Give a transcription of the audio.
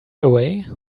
away